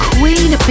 Queen